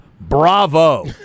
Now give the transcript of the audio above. Bravo